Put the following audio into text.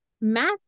math